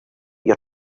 your